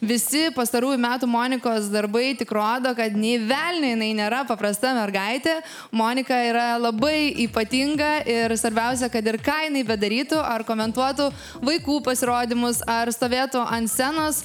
visi pastarųjų metų monikos darbai tik rodo kad nė velnio jinai nėra paprasta mergaitė monika yra labai ypatinga ir svarbiausia kad ir ką jinai bedarytų ar komentuotų vaikų pasirodymus ar stovėtų ant scenos